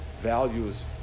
values